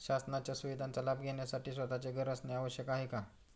शासनाच्या सुविधांचा लाभ घेण्यासाठी स्वतःचे घर असणे आवश्यक आहे का?